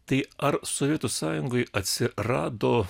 tai ar sovietų sąjungoj atsirado